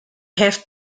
have